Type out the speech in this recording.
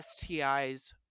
STIs